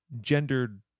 gendered